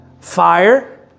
Fire